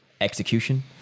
execution